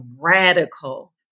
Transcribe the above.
radical